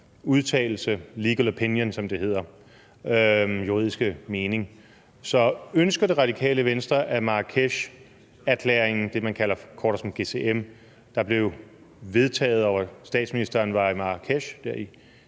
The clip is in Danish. udtalelse – Legal Opinion, som det hedder, altså juridiske mening. Så ønsker Det Radikale Venstre, at Marrakesherklæringen – det, man forkorter som GCM – der blev vedtaget, da statsministeren var i Marrakesh i